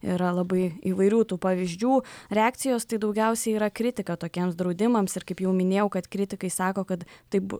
yra labai įvairių tų pavyzdžių reakcijos tai daugiausiai yra kritika tokiems draudimams ir kaip jau minėjau kad kritikai sako kad taip